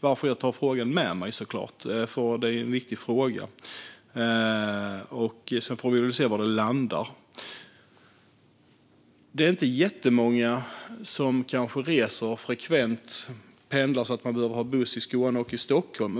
varför jag såklart tar frågan med mig. Det är ju en viktig fråga. Sedan får vi väl se var den landar. Det är kanske inte jättemånga som pendlar eller reser så frekvent att man behöver ha buss i Skåne och i Stockholm.